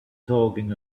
talking